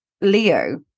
Leo